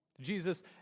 Jesus